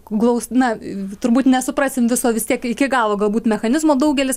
glaus na turbūt nesuprasim viso vis tiek iki galo galbūt mechanizmo daugelis